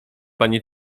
pani